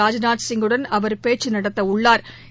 ராஜ்நாத் சிங்குடன் அவா் பேச்சு நடத்த உள்ளாா்